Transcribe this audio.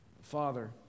Father